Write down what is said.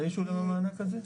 לגביו.